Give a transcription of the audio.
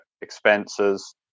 expenses